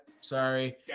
Sorry